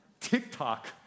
TikTok